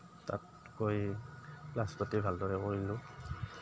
তাত গৈ ক্লাছ পাতি ভালদৰে কৰিলোঁ